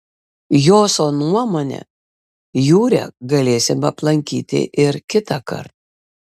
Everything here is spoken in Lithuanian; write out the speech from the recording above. joso nuomone jūrę galėsim aplankyti ir kitąkart